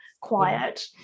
quiet